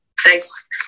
Thanks